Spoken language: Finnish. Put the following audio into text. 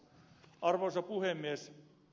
arvoisa puhemies